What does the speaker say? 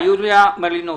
יוליה מלינובסקי.